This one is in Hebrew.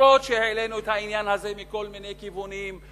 אומנם העלינו את העניין הזה מכל מיני כיוונים,